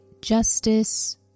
justice